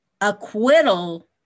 acquittal